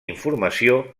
informació